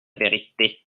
vérité